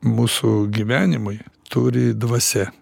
mūsų gyvenimui turi dvasia